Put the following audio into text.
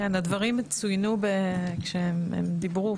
הדברים צוינו כשהם דיברו,